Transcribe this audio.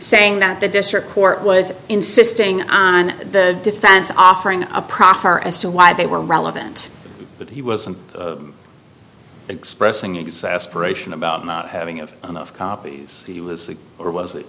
saying that the district court was insisting on the defense offering a proffer as to why they were relevant but he wasn't expressing its aspiration about not having it enough copies he was or was it